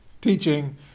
Teaching